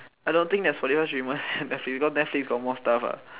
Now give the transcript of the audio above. I don't think that Spotify should be more because netflix got more stuff ah